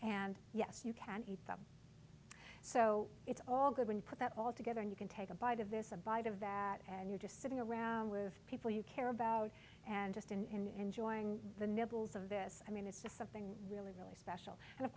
and yes you can eat them so it's all good when you put that all together and you can take a bite of this a bite of that and you're just sitting around with people you care about and just and enjoying the nibbles of this i mean it's just something really special and of